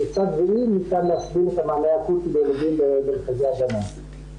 כיצד ואם ניתן להסביר את המענה האקוטי --- כפי שאמרתי,